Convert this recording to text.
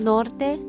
Norte